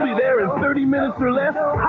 there is thirty minute left